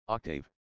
Octave